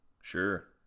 Sure